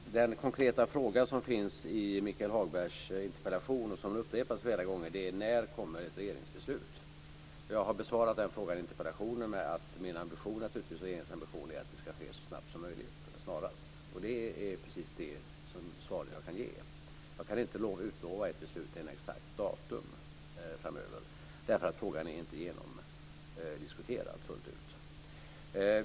Fru talman! Den konkreta fråga som ställs i Michael Hagbergs interpellation och som här har upprepats flera gånger är: När kommer det ett regeringsbeslut? Jag har besvarat den frågan i interpellationen med att min och regeringens ambition naturligtvis är att det ska ske så snabbt som möjligt, dvs. snarast. Det är precis det svar som jag kan ge. Jag kan inte utlova ett beslut något exakt datum framöver, därför att frågan inte är genomdiskuterad fullt ut.